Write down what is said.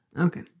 Okay